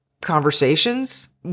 conversations